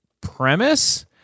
premise